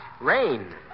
Rain